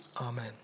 Amen